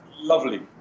lovely